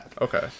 Okay